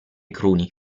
cruni